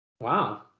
Wow